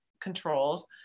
controls